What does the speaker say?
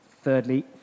Thirdly